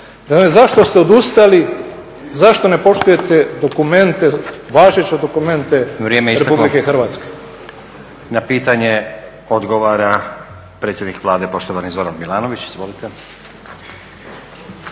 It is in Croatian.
Zašto ste odustali? Zašto ne poštujete važeće dokumente RH? **Stazić, Nenad (SDP)** Na pitanje odgovara predsjednik Vlade poštovani Zoran Milanović. Izvolite.